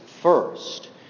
first